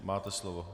Máte slovo.